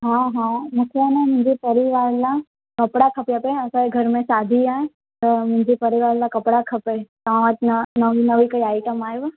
हा हा मूंखे आहे न मुंहिंजे परिवार लाइ कपिड़ा खपे असांजे घर में शादी आहे त मुंहिंजे परिवार लाइ कपिड़ा खपे तव्हां वटि नईं नईं कोई आइटम आयूं आहे